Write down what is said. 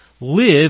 live